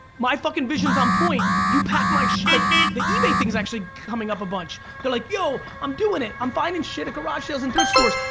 my fucking visions on point, you pack my. like the ebay thing is actually coming up a bunch. they're like yo, i'm doing it i'm finding shit at garage sales and thrift stores.